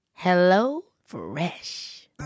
HelloFresh